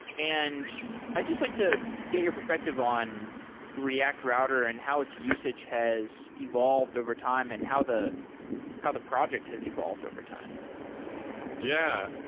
and i just like to get your perspective on react router and how its usage has evolved over time and how the how the project has evolved over time yeah.